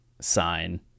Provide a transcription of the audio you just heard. sign